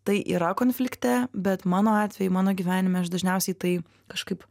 tai yra konflikte bet mano atveju mano gyvenime aš dažniausiai tai kažkaip